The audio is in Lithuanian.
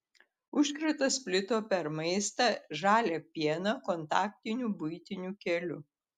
užkratas plito per maistą žalią pieną kontaktiniu buitiniu keliu